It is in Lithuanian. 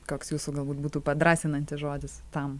koks jūsų galbūt būtų padrąsinantis žodis tam